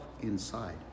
inside